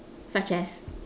such as